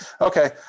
okay